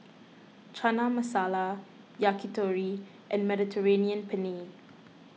Chana Masala Yakitori and Mediterranean Penne